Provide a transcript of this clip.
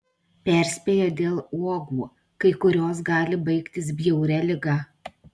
perspėja dėl uogų kai kurios gali baigtis bjauria liga